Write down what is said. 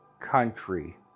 country